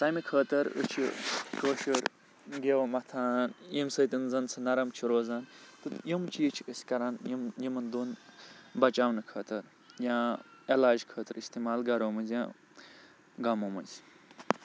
ژَمہِ خٲطرٕ أسۍ چھِ کٲشُر گٮ۪و مَتھان ییٚمہِ سٍتی زَن سٔہ نَرم چھُ روزان تہٕ یِم چیٖز چھِ أسۍ کَران یم یِمَن دۅن بَچاونہِ خٲطرٕ یا علاجہٕ خٲطرٕ اِستعمال گَرو منٛز یا گامو منٛز